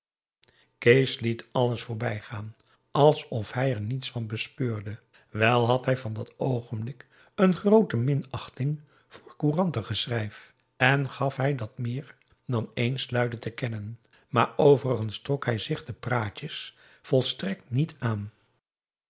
kees liet alles voorbijgaan alsof hij er niets van bespeurde wel had hij van dat oogenblik een groote minachting voor courantengeschrijf en gaf hij dat meer dan eens luide te kennen maar overigens trok hij zich de praatjes volstrekt niet aan